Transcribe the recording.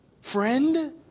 friend